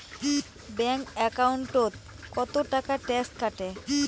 Bank একাউন্টত কতো টাকা ট্যাক্স কাটে?